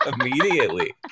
immediately